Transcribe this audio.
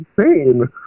insane